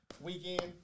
weekend